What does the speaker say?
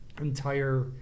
entire